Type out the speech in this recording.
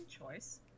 choice